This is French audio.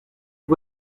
une